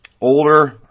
older